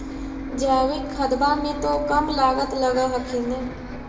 जैकिक खदबा मे तो कम लागत लग हखिन न?